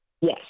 Yes